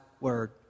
word